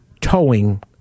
towing